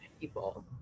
people